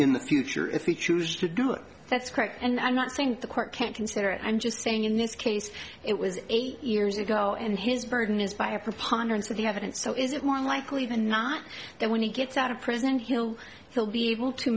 in the future if he chooses to do it that's correct and i'm not saying the court can't consider it i'm just saying in this case it was eight years ago and his burden is by a preponderance of the evidence so is it more likely than not that when he gets out of prison he'll so be able to